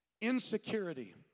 insecurity